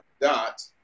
dot